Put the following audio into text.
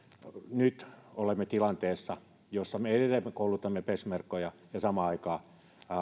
nyt olemme tilanteessa jossa me edelleen koulutamme peshmergoja ja samaan aikaan